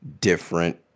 different